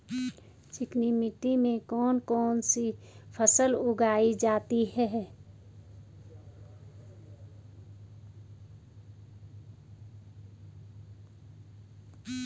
चिकनी मिट्टी में कौन कौन सी फसल उगाई जाती है?